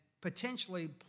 potentially